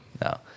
No